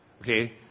Okay